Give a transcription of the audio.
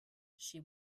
she